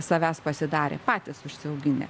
savęs pasidarę patys užsiauginę